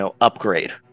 upgrade